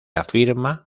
afirma